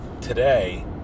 today